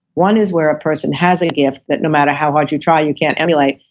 one is where a person has a gift that no matter how hard you try you can't emulate.